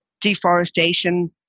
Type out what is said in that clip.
Deforestation